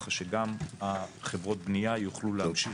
ככה שגם חברות הבנייה יוכלו להמשיך